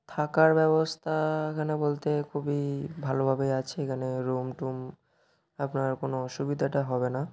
থাকার ব্যবস্থা এখানে বলতে খুবই ভালোভাবেই আছে এখানে রুম টুম আপনার কোনো অসুবিধাটা হবে না